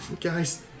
Guys